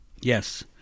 Yes